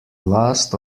last